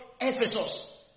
Ephesus